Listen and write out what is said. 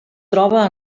troba